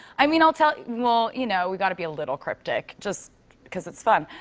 i mean, i'll tell well, you know, we gotta be a little cryptic, just cause it's fun.